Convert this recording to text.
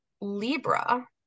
libra